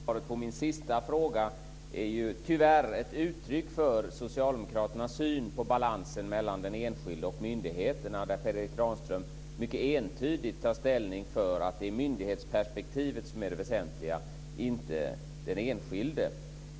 Herr talman! Svaret på min sista fråga är tyvärr ett uttryck för Socialdemokraternas syn på balansen mellan den enskilde och myndigheterna, där Per Erik Granström mycket entydigt tar ställning för att det är myndighetsperspektivet som är det väsentliga, inte den enskilde.